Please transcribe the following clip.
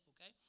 okay